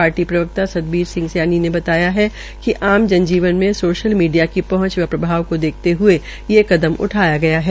party के प्रवक्ता सतबीर सिंह सैनी ने बताया कि आम जनजीवन में सोशल मीडिया की पहंच व प्रभाव को देखते हये ये कदम उठाया गया है